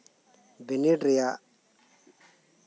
ᱵᱤᱱᱤᱰ ᱨᱮᱭᱟᱜ